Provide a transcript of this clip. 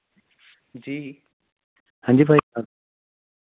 जी हां जी भाई साह्ब